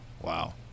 Wow